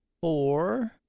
Four